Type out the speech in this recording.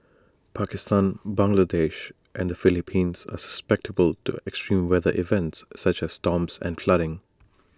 Pakistan Bangladesh and the Philippines are susceptible to extreme weather events such as storms and flooding